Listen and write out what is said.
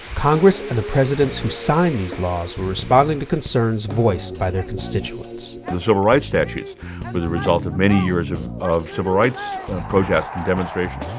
congress and the presidents who signed these laws were responding to concerns voiced by their constituents. the civil rights statutes were the result of many years of of civil rights protests and demonstrations.